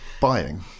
buying